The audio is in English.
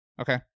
Okay